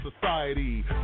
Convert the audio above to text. society